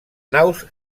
naus